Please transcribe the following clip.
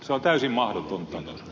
se on täysin mahdotonta